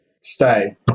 stay